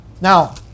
Now